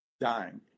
dying